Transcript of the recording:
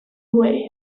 wei